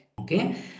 Okay